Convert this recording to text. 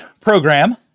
program